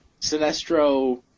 Sinestro